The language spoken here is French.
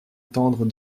tendre